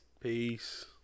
Peace